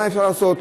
מה אפשר לעשות.